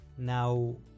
now